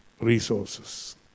Resources